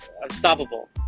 unstoppable